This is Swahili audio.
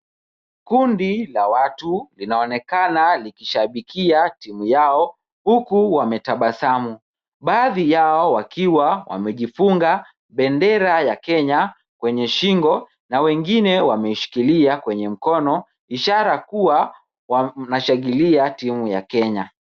Kundi la watu linaonekana likishabikia timu yao, huku wametabasamu. Baadhi yao wakiwa wamejifunga bendera ya Kenya kwenye shingo na wengine wameshikilia kwenye mkono, ishara kuwa wanashangilia timu ya Kenya.